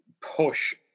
push